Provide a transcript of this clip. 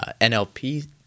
NLP